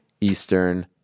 Eastern